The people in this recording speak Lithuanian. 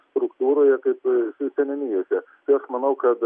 sruktūroje kaip visose seniūnijose išties manau kad